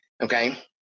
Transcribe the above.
okay